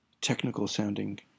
technical-sounding